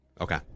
Okay